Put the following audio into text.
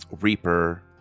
reaper